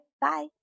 bye